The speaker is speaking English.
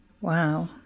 Wow